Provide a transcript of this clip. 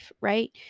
right